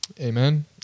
Amen